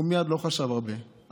הוא לא חשב הרבה,